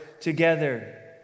together